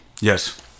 Yes